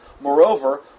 Moreover